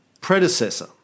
predecessor